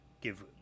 give